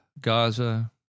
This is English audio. Gaza